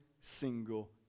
single